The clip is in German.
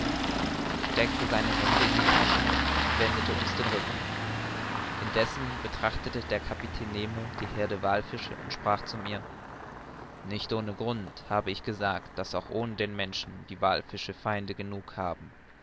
steckte seine hände in die taschen und wendete uns den rücken indessen betrachtete der kapitän nemo die heerde wallfische und sprach zu mir nicht ohne grund habe ich gesagt daß auch ohne den menschen die wallfische feinde genug haben